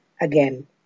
again